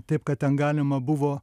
taip kad ten galima buvo